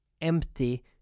empty